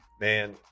Man